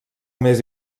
més